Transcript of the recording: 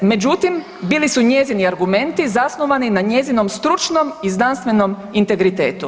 Međutim, bili su njezini argumenti zasnovani na njezinom stručnom i znanstvenom integritetu.